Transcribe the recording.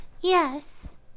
Yes